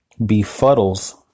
befuddles